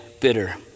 bitter